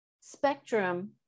spectrum